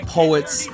poets